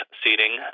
seating